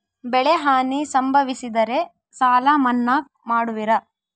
ಬೆಳೆಹಾನಿ ಸಂಭವಿಸಿದರೆ ಸಾಲ ಮನ್ನಾ ಮಾಡುವಿರ?